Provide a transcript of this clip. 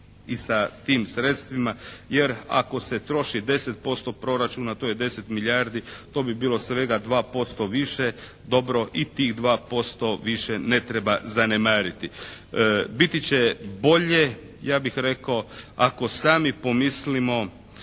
i sa tim sredstvima, jer ako se troši 10% proračuna, to je 10 milijardi, to bi bilo svega 2% više, dobro i tih 2% više ne treba zanemariti. Biti će bolje ja bih rekao, ako sami pomislimo